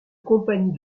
compagnie